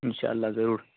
ان شاء اللہ ضرور